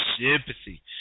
sympathy